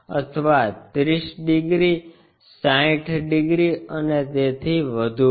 અથવા 30 degree 60 degree અને તેથી વધુ પણ